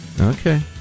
Okay